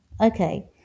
Okay